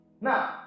now